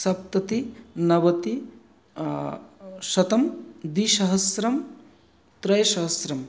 सप्तति नवति शतम् द्विसहस्रम् त्रिसहस्रम्